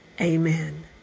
Amen